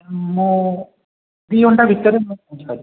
ମୁଁ ଦୁଇ ଘଣ୍ଟା ଭିତରେ ମୁଁ ପହଞ୍ଚି ପାରିବି